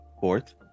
Fourth